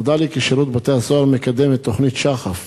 נודע לי כי שירות בתי-הסוהר מקדם את תוכנית שח"ף